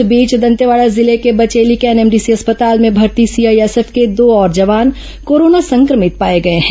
इस बीच दंतेवाड़ा जिले के बचेली के एनएमडीसी अस्पताल में भर्ती सीआईएसएफ के दो और जवान कोरोना संक्रमित पाए गए हैं